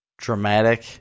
dramatic